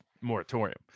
moratorium